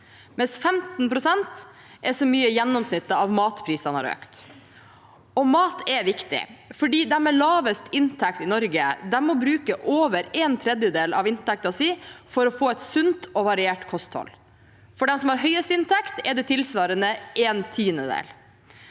mens 15 pst. er gjennomsnittet av det matprisene har økt. Mat er viktig. De med lavest inntekt i Norge må bruke over en tredjedel av inntekten sin for å få et sunt og variert kosthold. For dem som har høyest inntekt, er det tilsvarende en tiendedel.